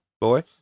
boy